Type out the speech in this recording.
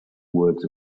words